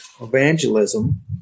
evangelism